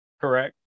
Correct